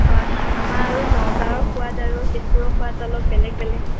হয় হয় আমাৰ আৰু নগাঁৱৰ সোৱাদ আৰু তেজপুৰৰ সোৱাদ অলপ বেলেগ বেলেগ